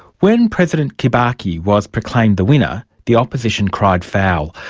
when president kibaki was proclaimed the winner, the opposition cried foul.